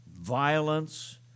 violence